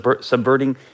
subverting